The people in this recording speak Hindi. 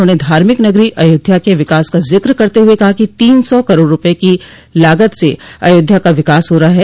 उन्होंने धार्मिक नगरी अयोध्या के विकास का जिक्र करते हुए कहा कि तीन सौ करोड़ रूपये की लागत से अयोध्या का विकास हो रहा है